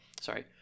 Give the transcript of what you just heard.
Sorry